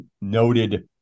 noted